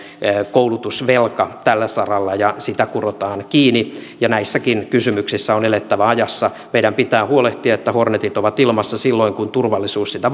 koulutusvelka tällä saralla ja sitä kurotaan kiinni näissäkin kysymyksissä on elettävä ajassa meidän pitää huolehtia että hornetit ovat ilmassa silloin kun turvallisuus sitä